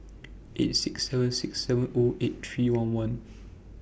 eight six seven six seven O eight three one one